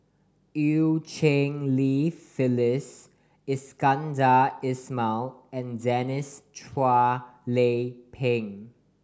Eu Cheng Li Phyllis Iskandar Ismail and Denise Chua Lay Peng